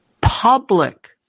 Public